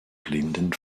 blinden